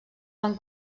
van